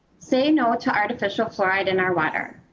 say no to artificial fluoride in our water.